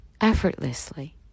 effortlessly